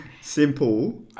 simple